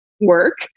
work